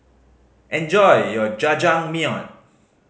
enjoy your Jajangmyeon